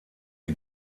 die